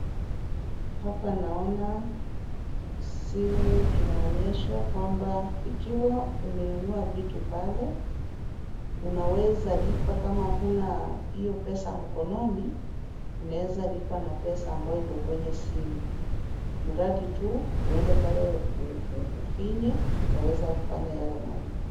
Hapa naona simu inaonyeshwa kwamba ikiwa umenunua vitu pale unaweza lipa kama huna hiyo pesa mkononi unaweza lipa na pesa ambayo iko kwenye simu. Mradi tu uende pale ufinye utaweza fanya yale malipo.